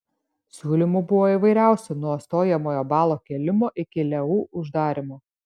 siūlymų buvo įvairiausių nuo stojamojo balo kėlimo iki leu uždarymo